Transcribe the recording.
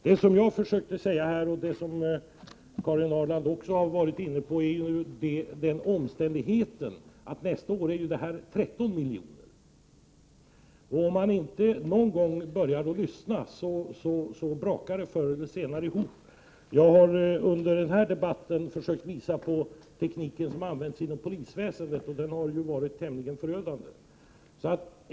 Det jag försökte säga, som Karin Ahrland också har varit inne på, är att beloppet nästa år kommer att vara 13 miljoner. Om man inte någon gång börjar lyssna brakar det förr eller senare ihop. Jag har under denna debatt försökt visa på den teknik som använts inom polisväsendet, som har varit tämligen förödande.